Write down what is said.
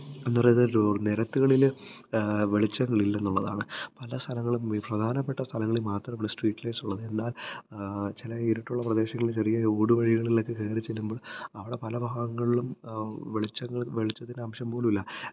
എന്ന് പറയുന്നത് നിരത്തുകളിൽ വെളിച്ചങ്ങളില്ല എന്നുള്ളതാണ് പല സ്ഥലങ്ങളും ഈ പ്രധാനപ്പെട്ട സ്ഥലങ്ങളില് മാത്രം നമ്മൾ സ്ട്രീറ്റ് ലൈറ്റ്സ് ഉള്ളത് എന്നാല് ചില ഇരുട്ടുള്ള പ്രദേശങ്ങളില് ചെറിയ ഊട് വഴികളിലൊക്കെ കേറി ചെല്ലുമ്പോൾ അവിടെ പല ഭാഗങ്ങളിലും വെളിച്ചങ്ങള് വെളിച്ചത്തിന്റെ അംശം പോലും ഇല്ല